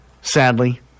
sadly